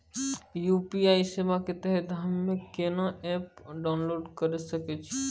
UPI सेवा के तहत हम्मे केना एप्प डाउनलोड करे सकय छियै?